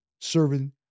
serving